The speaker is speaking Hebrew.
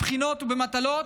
בבחינות או במטלות,